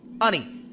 Honey